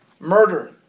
Murder